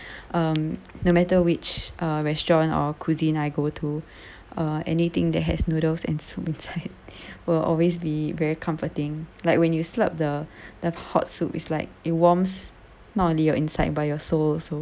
um no matter which a restaurant uh cuisine I go to or anything that has noodles and soup inside will always be very comforting like when you slurp the the hot soup it's like it warms not only your inside but your soul also